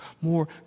more